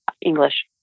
English